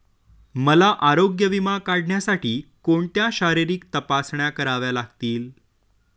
मला आरोग्य विमा काढण्यासाठी कोणत्या शारीरिक तपासण्या कराव्या लागतील?